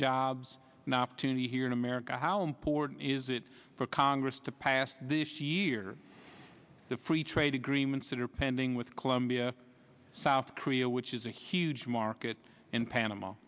opportunity here in america how important is it for congress to pass this year the free trade agreements that are pending with colombia south korea which is a huge market in panama